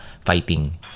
fighting